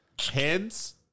Heads